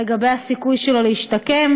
לגבי הסיכוי שלו להשתקם.